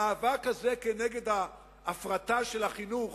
המאבק הזה כנגד ההפרטה של החינוך,